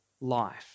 life